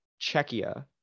Czechia